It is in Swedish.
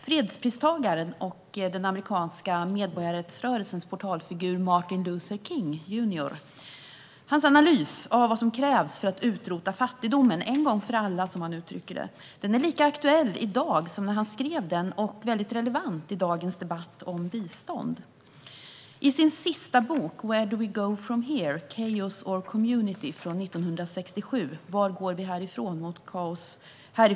Fredspristagaren och den amerikanska medborgarrättsrörelsens portalfigur Martin Luther King Jr:s analys av vad som krävs för att utrota fattigdomen en gång för alla är lika aktuell i dag som när han skrev den och mycket relevant i dagens debatt om bistånd. I sin sista bok Where do we go from here: c haos or community ?